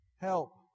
help